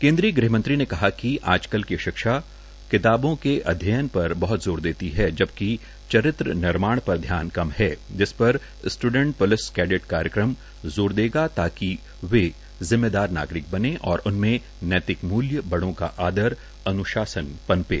के य गृहमं ी ने कहा क आजकल क श ा कताब के अ ययन पर बहत जोर देती है जब क च र नमाण पर यान कम है जिसपर टूडट पु लस कैंडेट काय म पर जोर देगा ता क वे जि मेदार नाग रक बने और उनम नौ तक मू य बड़ का आदर अन्शासन पनपे